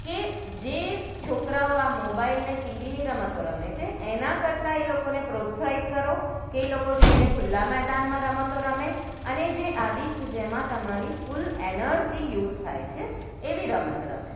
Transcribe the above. કે જે છોકરાઓ આ મોબાઈલ અને ટીવીની રમતો રમે છે એનાં કરતાં એ લોકોને પ્રોત્સાહિત કરો કે એ લોકો જઈને ખુલ્લાં મેદાનમાં જઈને રમતો રમે અને જે આવી કે જેમાં તમારી ફૂલ એનર્જી યુઝ થાય છે એવી રમત રમે